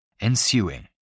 Ensuing